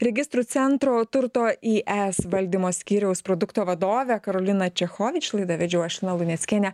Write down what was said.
registrų centro turto is valdymo skyriaus produkto vadovę karoliną čechovič laidą vedžiau aš lina luneckienė